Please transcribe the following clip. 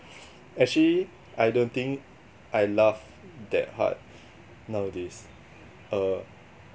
actually I don't think I laugh that hard nowadays err